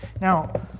Now